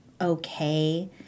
okay